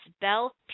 Bell